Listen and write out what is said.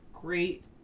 great